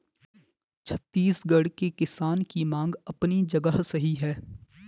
छत्तीसगढ़ के किसान की मांग अपनी जगह सही है